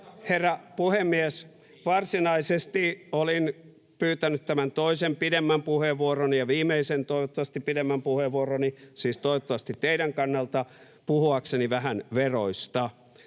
Herra puhemies! Varsinaisesti olin pyytänyt tämän toisen pidemmän puheenvuoroni ja viimeisen, toivottavasti pidemmän, puheenvuoroni — siis toivottavasti teidän kannalta — puhuakseni vähän veroista.